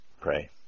pray